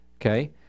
okay